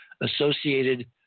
Associated